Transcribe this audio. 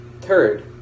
Third